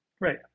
Right